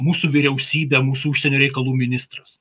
mūsų vyriausybė mūsų užsienio reikalų ministras